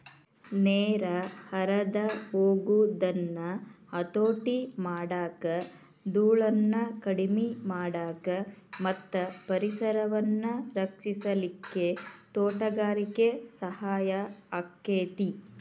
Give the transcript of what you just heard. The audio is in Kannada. ನೇರ ಹರದ ಹೊಗುದನ್ನ ಹತೋಟಿ ಮಾಡಾಕ, ದೂಳನ್ನ ಕಡಿಮಿ ಮಾಡಾಕ ಮತ್ತ ಪರಿಸರವನ್ನ ರಕ್ಷಿಸಲಿಕ್ಕೆ ತೋಟಗಾರಿಕೆ ಸಹಾಯ ಆಕ್ಕೆತಿ